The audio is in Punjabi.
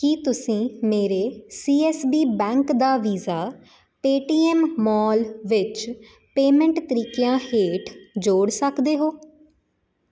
ਕੀ ਤੁਸੀਂਂ ਮੇਰੇ ਸੀ ਐੱਸ ਬੀ ਬੈਂਕ ਦਾ ਵੀਜ਼ਾ ਪੇਟੀਐਮ ਮਾਲ ਵਿੱਚ ਪੇਮੈਂਟ ਤਰੀਕਿਆਂ ਹੇਠ ਜੋੜ ਸਕਦੇ ਹੋ